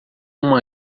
uma